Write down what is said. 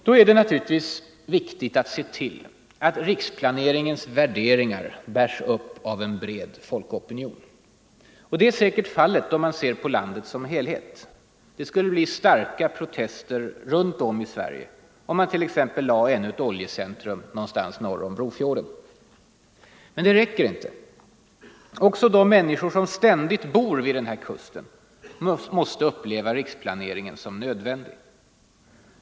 Då är det naturligtvis viktigt att se till att riksplaneringens värderingar bärs upp av en bred folkopinion. Det är säkert fallet om man ser på landet som helhet. Det skulle bli starka protester runt om i Sverige om man t.ex. lade ännu ett oljecentrum någonstans norr om Brofjorden. Men det räcker inte. Också de människor som ständigt bor vid den här kusten måste uppleva riksplaneringen som nödvändig.